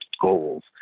goals